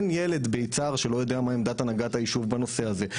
אין ילד ביצהר שלא יודע מה עמדת הנהגת היישוב בנושא הזה.